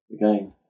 again